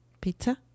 Pizza